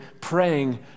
praying